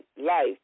life